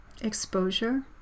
exposure